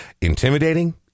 intimidating